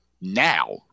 now